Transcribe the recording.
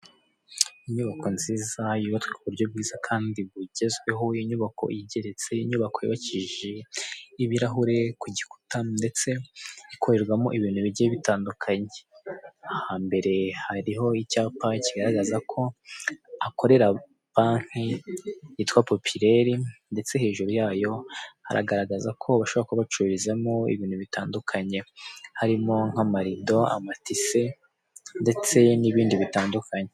Inyubako nziza, yubatswe ku buryo bwiza kandi bugezweho, inyubako igeretse, inyubako yubakishije ibirahure ku gikuta, ndetse ikorerwamo ibintu bigiye bitandukanye, ahambere hariho icyapa kigaragaza ko hakorera banki yitwa Populaire, ndetse hejuru yayo haragaragaza ko bashobora kuba bacururizamo ibintu bitandukanye, harimo nk'amarido, amatise, ndetse n'ibindi bitandukanye.